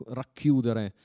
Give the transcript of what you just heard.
racchiudere